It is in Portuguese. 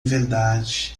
verdade